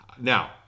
Now